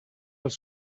als